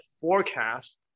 forecast